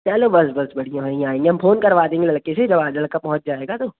चलो बस बस बढ़िया बढ़िया हम फोन करवा देंगे लड़के से जब आज लड़का पहुँच जाएगा तब